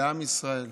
לעם ישראל,